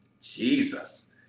Jesus